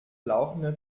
laufende